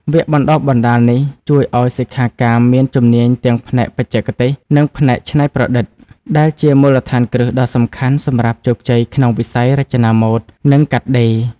វគ្គបណ្តុះបណ្តាលនេះជួយឱ្យសិក្ខាកាមមានជំនាញទាំងផ្នែកបច្ចេកទេស និងផ្នែកច្នៃប្រឌិត ដែលជាមូលដ្ឋានគ្រឹះដ៏សំខាន់សម្រាប់ជោគជ័យក្នុងវិស័យរចនាម៉ូដ និងកាត់ដេរ។